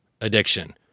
addiction